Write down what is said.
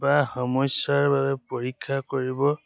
বা সমস্যাৰ বাবে পৰীক্ষা কৰিব